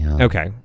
Okay